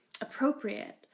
appropriate